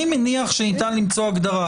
אני מניח שניתן למצוא הגדרה.